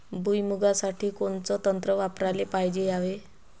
भुइमुगा साठी कोनचं तंत्र वापराले पायजे यावे?